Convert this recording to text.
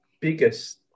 biggest